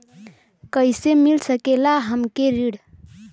कइसे मिल सकेला हमके ऋण?